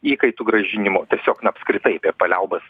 įkaitų grąžinimo tiesiog na apskritai apie paliaubas